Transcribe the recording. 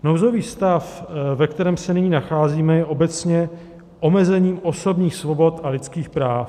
Nouzový stav, ve kterém se nyní nacházíme, je obecně omezení osobních svobod a lidských práv.